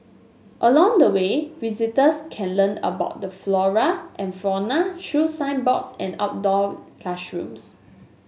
along the way visitors can learn about the flora and fauna through signboards and outdoor classrooms